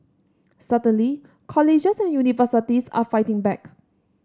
certainly colleges and universities are fighting back